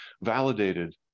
validated